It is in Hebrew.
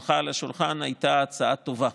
הייתה הצעה טובה.